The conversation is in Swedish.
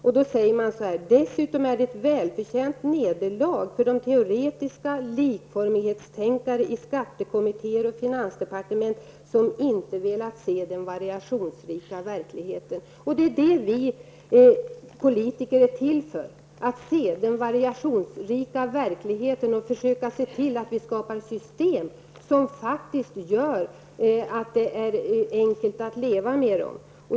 Så här säger man: Dessutom är det ett välförtjänat nederlag för de teoretiska likformighetstänkare i skattekommittéer och finansdepartement som inte velat se den variationsrika verkligheten. Vi politiker är till för att se den variationsrika verkligheten och se till att det skapas system som är enkla att leva med.